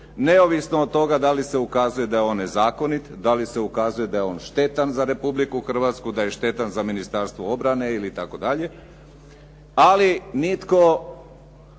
neovisno od toga da li se ukazuje da je on nezakonit, da li se ukazuje da je on štetan za Republiku Hrvatsku, da je štetan za Ministarstvo obrane itd. ali nitko